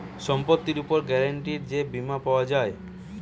সম্পত্তির উপর গ্যারান্টিড যে বীমা পাওয়া যায়